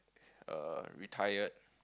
err retired